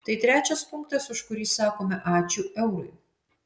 tai trečias punktas už kurį sakome ačiū eurui